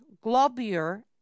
globular